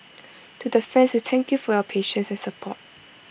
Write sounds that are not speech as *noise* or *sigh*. *noise* to the fans we thank you for your patience and support